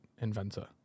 inventor